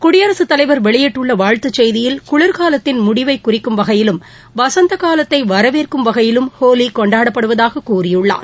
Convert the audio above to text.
குடியரசுத் தலைவர் வெளியிட்டுள்ள வாழ்த்துச் செய்தியில் குளிர்காலத்தின் முடிவை குறிக்கும் வகையிலும் வசந்த காலத்தை வரவற்கும் வகையிலும் ஹோலி கொண்டாடப்படுவதாகக் கூறியுள்ளார்